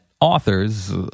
authors